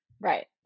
Right